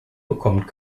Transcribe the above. bekommt